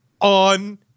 On